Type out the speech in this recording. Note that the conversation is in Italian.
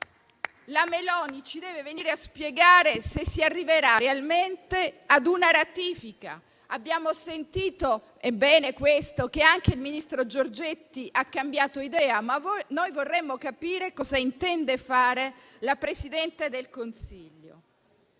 Meloni ci deve venire a spiegare se si arriverà realmente a una ratifica. Abbiamo sentito che il ministro Giorgetti ha cambiato idea e questo è bene; ma vorremmo capire cosa intende fare la Presidente del Consiglio.